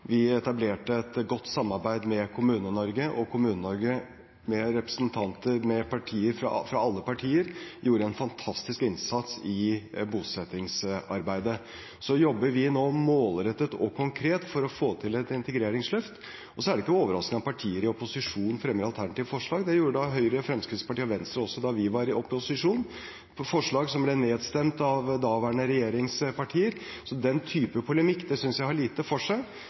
Vi etablerte et godt samarbeid med Kommune-Norge, og Kommune-Norge med representanter fra alle partier gjorde en fantastisk innsats i bosettingsarbeidet. Vi jobber nå målrettet og konkret for å få til et integreringsløft. Og det er ikke overraskende at partier i opposisjon fremmer alternative forslag. Det gjorde da Høyre, Fremskrittspartiet og Venstre også da vi var i opposisjon, forslag som ble nedstemt av daværende regjeringspartier. Så den type polemikk synes jeg har lite for seg.